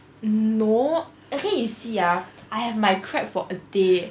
no I think you see ah I have my crab for a day